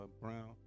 Brown